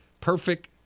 perfect